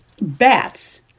bats